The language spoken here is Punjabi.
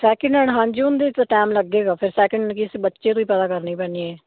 ਸੈਕਿੰਡ ਹੈਂਡ ਹਾਂਜੀ ਤਾਂ ਟਾਈਮ ਲੱਗੇਗਾ ਫਿਰ ਸੈਕਿੰਡ ਬੱਚੇ ਤੋਂ ਹੀ ਪਤਾ ਕਰਨੀ ਪੈਣੀ ਹੈ